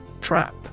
trap